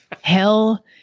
hell